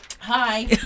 Hi